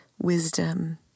Wisdom